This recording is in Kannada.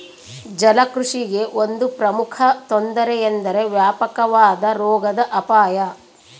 ಜಲಕೃಷಿಗೆ ಒಂದು ಪ್ರಮುಖ ತೊಂದರೆ ಎಂದರೆ ವ್ಯಾಪಕವಾದ ರೋಗದ ಅಪಾಯ